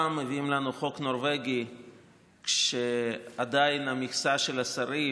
פעם מביאים לנו חוק נורבגי כשהמכסה של השרים